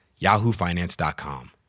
yahoofinance.com